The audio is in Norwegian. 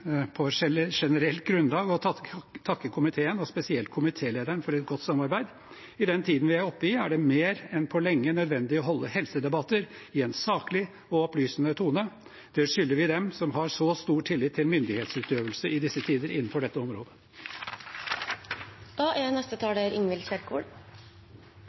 på generelt grunnlag å takke komiteen, og spesielt komitélederen, for et godt samarbeid. I den tiden vi er oppe i, er det mer enn på lenge nødvendig å holde helsedebatter i en saklig og opplysende tone. Det skylder vi dem som i disse tider har så stor tillit til myndighetsøvelsen innenfor dette området. En todeling av helsetjenesten er